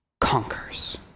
conquers